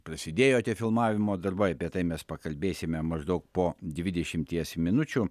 prasidėjo tie filmavimo darbai apie tai mes pakalbėsime maždaug po dvidešimties minučių